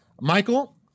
Michael